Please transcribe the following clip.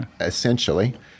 essentially